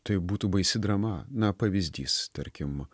tai būtų baisi drama na pavyzdys tarkim